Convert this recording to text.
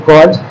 God